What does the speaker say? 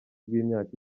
bw’imyaka